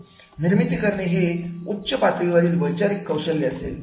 निर्मिती करणे हे उच्च पातळीवरील वैचारिक कौशल्य असेल